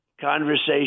conversation